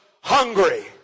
hungry